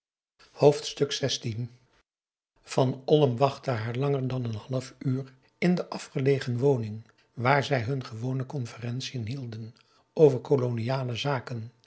van olm wachtte haar langer dan een half uur in de afgelegen woning waar zij hun gewone conferentiën hielden over koloniale zaken